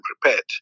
prepared